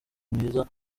mwiza